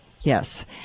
Yes